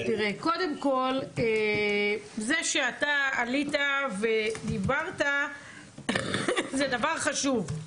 תראה, קודם כל זה שאתה עלית ודיברת זה דבר חשוב.